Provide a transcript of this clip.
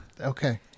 okay